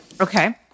okay